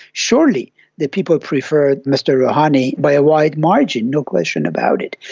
surely the people preferred mr rouhani by a wide margin, no question about it.